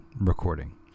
recording